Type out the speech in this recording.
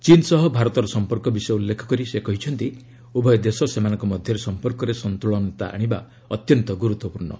ଚୀନ୍ ସହ ଭାରତର ସମ୍ପର୍କ ବିଷୟ ଉଲ୍ଲେଖ କରି ସେ କହିଛନ୍ତି ଉଭୟ ଦେଶ ସେମାନଙ୍କ ମଧ୍ୟରେ ସମ୍ପର୍କରେ ସନ୍ତୁଳନତା ଆଣିବା ଅତ୍ୟନ୍ତ ଗୁରୁତ୍ୱପୂର୍ଷ୍ଣ